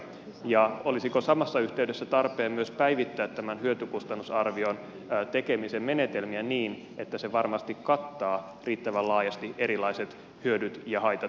ja olisiko samassa yhteydessä tarpeen myös päivittää tämän hyötykustannus arvion tekemisen menetelmiä niin että se varmasti kattaa riittävän laajasti erilaiset hyödyt ja haitat yhteiskunnalle